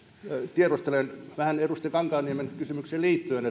tiedustelen vähän edustaja kankaanniemen kysymykseen liittyen